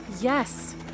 Yes